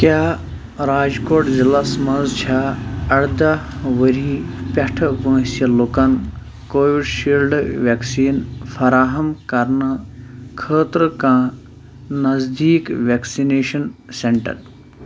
کیٛاہ راجکوٹ ضلعس مَنٛز چھا ارده ؤرِی پیٚٹھٕ وٲنٛسہِ لُکَن کووِڈ شیٖلڈ ویکسیٖن فراہم کرنٕہ خٲطرٕ کانٛہہ نزدیٖک ویکسِنیشن سینٹر